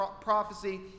prophecy